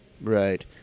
Right